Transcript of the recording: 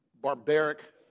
barbaric